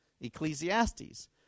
ecclesiastes